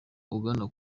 ugana